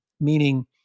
meaning